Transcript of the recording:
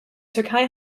türkei